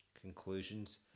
conclusions